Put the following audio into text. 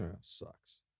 sucks